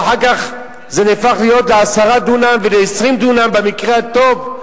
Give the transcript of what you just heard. ואחר כך זה נהפך להיות ל-10 דונם ול-20 דונם במקרה הטוב,